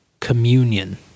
communion